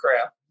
crap